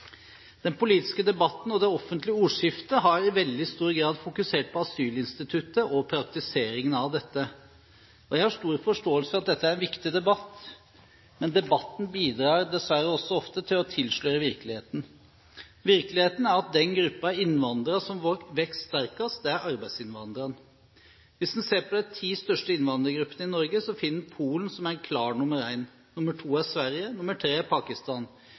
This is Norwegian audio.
Den politiske debatten og det offentlige ordskiftet har i veldig stor grad fokusert på asylinstituttet og praktiseringen av dette. Jeg har stor forståelse for at dette er en viktig debatt, men debatten bidrar dessverre også ofte til å tilsløre virkeligheten. Virkeligheten er at den gruppen innvandrere som vokser sterkest, er arbeidsinnvandrere. Hvis en ser på de ti største innvandrergruppene i Norge, finner en gruppen fra Polen som en klar nr. 1, nr. 2 er gruppen fra Sverige, nr. 3 er gruppen fra Pakistan.